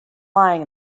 lying